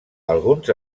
alguns